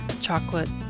chocolate